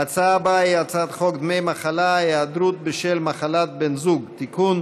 ההצעה הבאה היא הצעת חוק דמי מחלה (היעדרות בשל מחלת בן זוג) (תיקון,